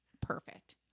perfect